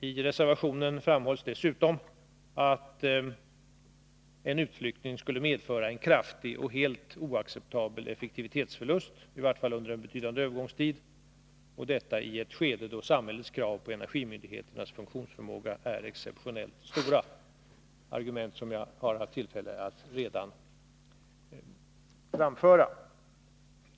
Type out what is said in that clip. I reservationen framhålls dessutom att en utflyttning skulle medföra en kraftig och helt oacceptabel effektivitetsförlust, i varje fall under en betydande övergångstid, och detta i ett skede då samhällets krav på energimyndigheternas funktionsförmåga är exeptionellt stora. Det är argument som jag redan har haft tillfället att framföra.